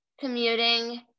commuting